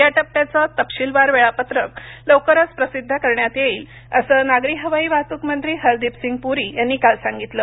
या टप्प्याचं तपशीलवार वेळापत्रक लवकरच प्रसिद्ध करण्यात येईल असं नागरी हवाई वाहतूक मंत्री हरदीपसिंग पुरी यांनी काल सांगितलं